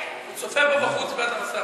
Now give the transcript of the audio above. הוא רואה אותך מבעד למסך.